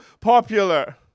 popular